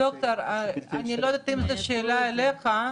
דוקטור, אני לא יודעת אם זו שאלה אליך,